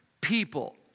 people